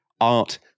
art